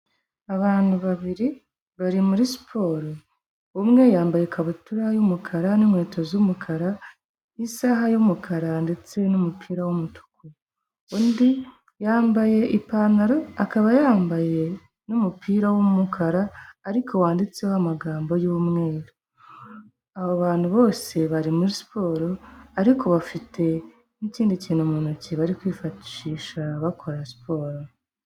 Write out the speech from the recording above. Abantu babiri bari muri siporo, umwe yambaye ikabutura y'umukara n'inkweto z'umukara, isaha y'umukara, ndetse n'umupira w'umutuku, undi yambaye ipantaro akaba yambaye umupira w'umukara, ariko wanditseho amagambo y'umweru, aba bantu bose bari muri siporo ariko bafite n'ikindi kintu mu ntoki bari kwifashisha bakora siporo.